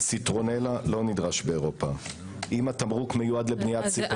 באילו תוספות נמצאים החומרים?